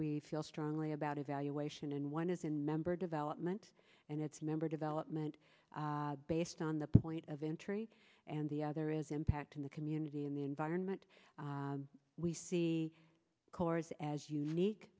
we feel strongly about evaluation and one is in member development and its member development based on the point of entry the other is impacting the community and the environment we see cars as unique